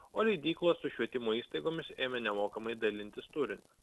o leidyklos su švietimo įstaigomis ėmė nemokamai dalintis turiniu